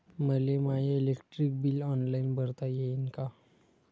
मले माय electric bill online भरता येईन का?